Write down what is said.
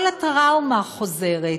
כל הטראומה חוזרת,